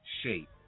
shape